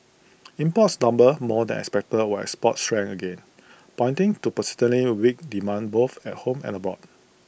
imports tumbled more than expected while exports shrank again pointing to persistently weak demand both at home and abroad